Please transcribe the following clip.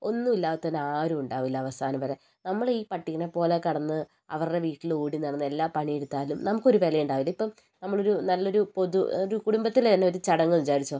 ഒന്നുമില്ലാത്തവന് ആരുണ്ടാവൂല അവസാനം വരെ നമ്മളീ പട്ടീനെപോലെക്കിടന്ന് അവരുടെ വീട്ടിലോടി നടന്ന് എല്ലാപണിയെടുത്താലും നമുക്കൊരു വിലയുണ്ടാവൂല ഇപ്പം നമ്മളൊരു നല്ലൊരു പൊതു ഒരു കുടുംബത്തിലെ തന്നെയൊരു ചടങ്ങെന്ന് വിചാരിച്ചോളു